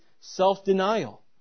self-denial